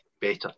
better